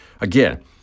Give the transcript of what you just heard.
Again